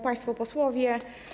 Państwo Posłowie!